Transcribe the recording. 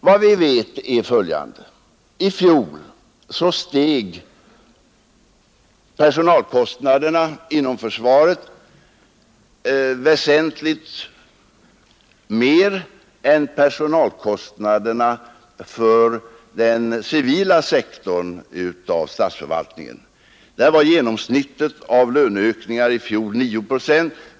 Vad vi vet är följande: I fjol steg personalkostnaderna inom försvaret väsentligt mer än personalkostnaderna för den civila sektorn av statsförvaltningen. Där var genomsnittet av löneökningar i fjol 9 procent.